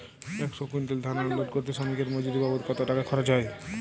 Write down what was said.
একশো কুইন্টাল ধান আনলোড করতে শ্রমিকের মজুরি বাবদ কত টাকা খরচ হয়?